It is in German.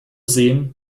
sehen